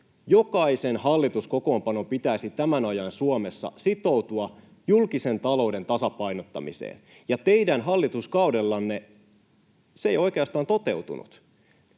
Jokaisen hallituskokoonpanon pitäisi tämän ajan Suomessa sitoutua julkisen talouden tasapainottamiseen, ja teidän hallituskaudellanne se ei oikeastaan toteutunut.